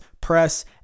press